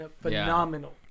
phenomenal